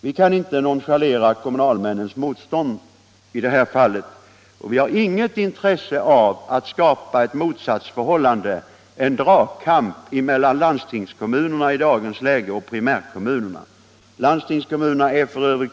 Vi kan inte nonchalera kommunalmännens motstånd i detta fall, och vi har inget intresse av att skapa ett motsatsförhållande, en dragkamp, mellan landstingskommunerna och primärkommunerna i dagens läge. Landstingskommunerna är f.ö.